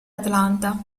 atlanta